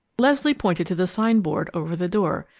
leslie pointed to the sign-board over the door.